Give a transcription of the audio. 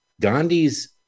Gandhi's